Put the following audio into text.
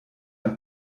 ein